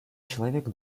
человек